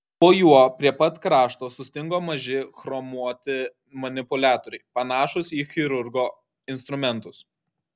po juo prie pat krašto sustingo maži chromuoti manipuliatoriai panašūs į chirurgo instrumentus